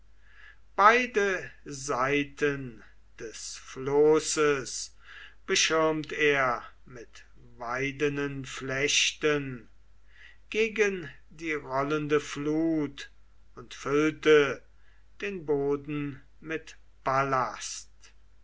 beide seiten des floßes beschirmt er mit weidenen flechten gegen die rollende flut und füllte den boden mit